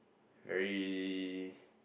very